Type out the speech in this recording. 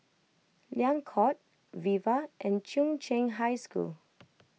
Liang Court Viva and Chung Cheng High School